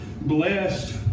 blessed